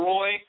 Roy